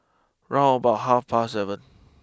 round about half past seven